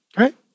okay